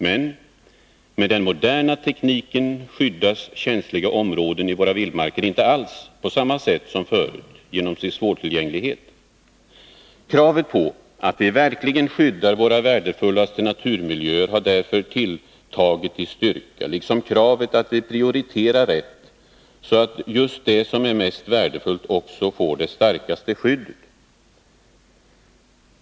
Men i och med den moderna tekniken skyddas känsliga områden i våra vildmarker inte alls på samma sätt som förut genom sin svårtillgänglighet. Kravet på att vi verkligen skyddar våra värdefullaste naturmiljöer har därför tilltagit i styrka, liksom kravet att vi prioriterar rätt, så att just det som är mest värdefullt också får det starkaste skyddet.